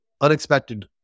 unexpected